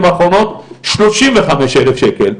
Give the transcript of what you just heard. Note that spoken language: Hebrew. האחרונות סיוע שלושים וחמישה אלף שקלים.